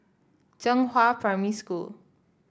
Zhenghua Primary School